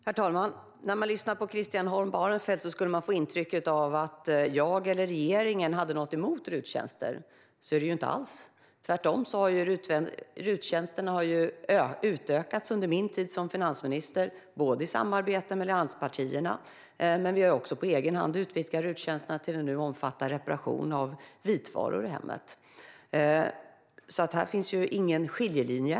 Herr talman! När man lyssnar på Christian Holm Barenfeld får man intrycket att jag eller regeringen har något emot RUT-tjänster. Så är det inte alls. Tvärtom har RUT-tjänsterna utökats under min tid som finansminister. Det har skett både i samarbete med allianspartierna och på egen hand till att omfatta bland annat reparation av vitvaror i hemmet. Här finns ingen skiljelinje.